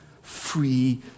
free